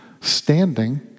standing